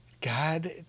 God